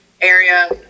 area